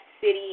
City